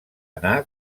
anar